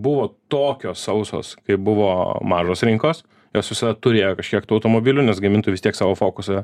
buvo tokios sausos kai buvo mažos rinkos jos visada turėjo kažkiek tų automobilių nes gamintojai vis tiek savo fokusą